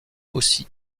aussi